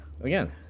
again